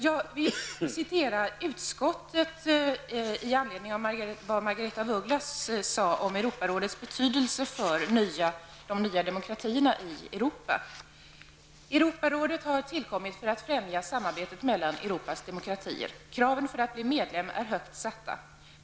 Jag vill citera utskottet i anledning av vad Margaretha af Ugglas sade om Europarådets betydelse för de nya demokratierna i Europa: ''Europarådet har tillkommit för att främja samarbetet mellan Europas demokratier. Kraven för att bli medlem är högt satta.